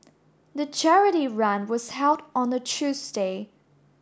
the charity run was held on a Tuesday